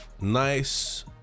nice